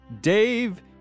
Dave